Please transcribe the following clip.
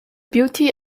beauty